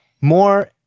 More